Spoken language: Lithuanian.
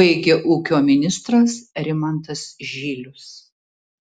baigia ūkio ministras rimantas žylius